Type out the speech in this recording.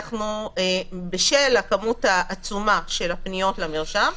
בשל הכמות העצומה של הפניות למרשם,